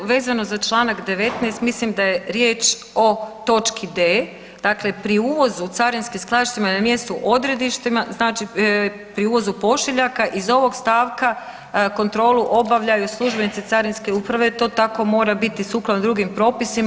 Vezano za čl. 19. mislim da je riječ o točki d., dakle pri uvozu u carinskim skladištima na mjestu odredištima znači pri uvozu pošiljaka iz ovog stavka kontrolu obavljaju službenici carinske uprave, to tako mora biti sukladno drugim propisima.